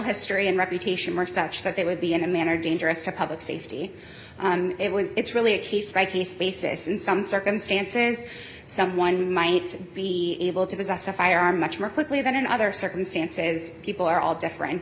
history and reputation were such that they would be in a manner dangerous to public safety and it was it's really a case by case basis in some circumstances someone might be able to possess a firearm much more quickly than in other circumstances people are all different